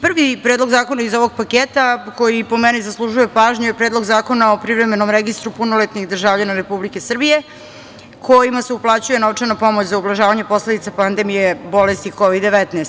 Prvi predlog zakona iz ovog paketa koji, po meni, zaslužuje pažnju je Predlog zakona o privremenom registru punoletnih državljana Republike Srbije kojima se uplaćuje novčana pomoć za ublažavanje posledica pandemije bolesti Kovid – 19.